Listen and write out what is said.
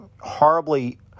horribly